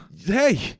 Hey